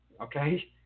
Okay